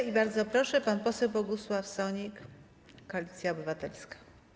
I bardzo proszę, pan poseł Bogusław Sonik, Koalicja Obywatelska.